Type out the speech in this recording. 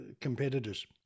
competitors